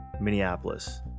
Minneapolis